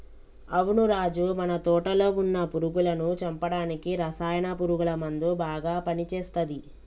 అవును రాజు మన తోటలో వున్న పురుగులను చంపడానికి రసాయన పురుగుల మందు బాగా పని చేస్తది